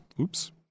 oops